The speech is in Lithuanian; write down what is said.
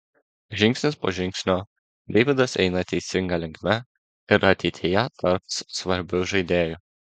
žingsnis po žingsnio deividas eina teisinga linkme ir ateityje taps svarbiu žaidėju